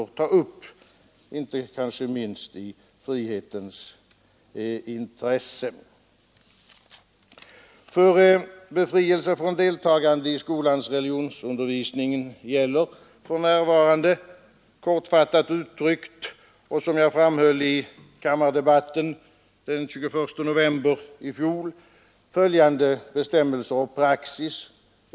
I kammardebatten den 21 novem ber i fjol framhöll jag att för befrielse från deltagande i skolans religionsundervisning gäller för närvarande kortfattat uttryckt följande bestämmelser och praxis.